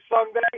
Sunday